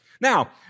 Now